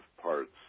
parts